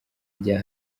rya